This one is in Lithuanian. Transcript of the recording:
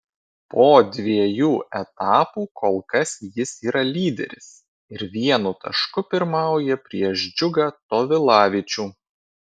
po dviejų etapų kol kas jis yra lyderis ir vienu tašku pirmauja prieš džiugą tovilavičių